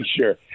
sure